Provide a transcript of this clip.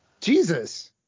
Jesus